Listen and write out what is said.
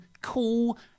cool